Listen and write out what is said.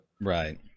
Right